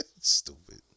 Stupid